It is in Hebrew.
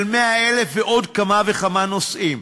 של 100,000 ועוד כמה וכמה נושאים.